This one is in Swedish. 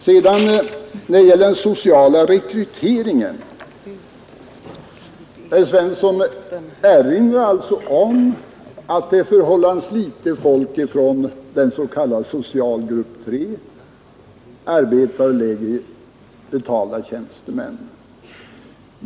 Herr Svensson erinrade om att rekryteringen till högre studier är förhållandevis liten från den s.k. socialgrupp 3, arbetare och lägre betalda tjänstemän.